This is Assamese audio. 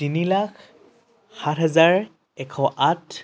তিনি লাখ সাত হেজাৰ এশ আঠ